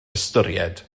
ystyried